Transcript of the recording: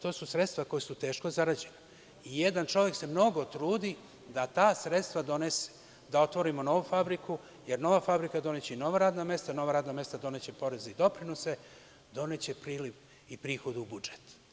To su sredstva koja su teško zarađena i jedan čovek se mnogo trudi da ta sredstva donese, da otvorimo novu fabriku, jer nova fabrika doneće i nova radna mesta, nova radna mesta doneće poreze i doprinose, doneće priliv i prihod u budžet.